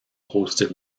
hosted